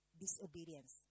disobedience